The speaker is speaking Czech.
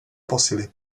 posily